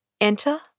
Enter